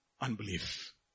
unbelief